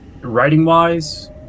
Writing-wise